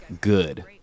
good